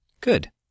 Good